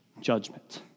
judgment